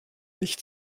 nicht